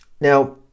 now